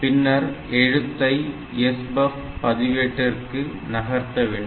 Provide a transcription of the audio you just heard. பின்னர் எழுத்தை SBUFF பதிவேட்டிற்கு நகர்த்த வேண்டும்